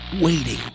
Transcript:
waiting